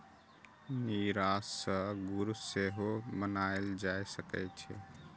नीरा सं गुड़ सेहो बनाएल जा सकै छै